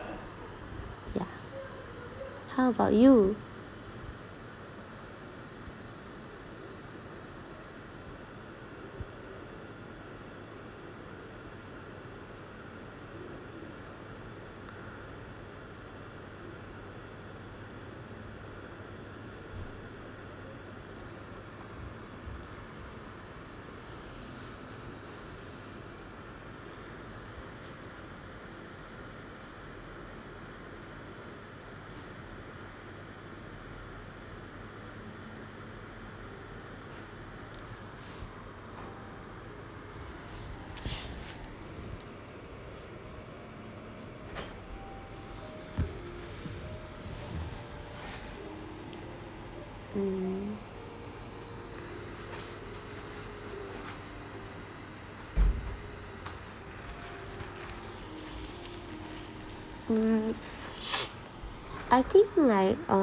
yah how about you mm I think like uh